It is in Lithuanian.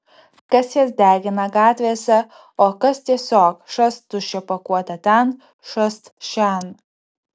kas jas degina gatvėse o kas tiesiog šast tuščią pakuotę ten šast šen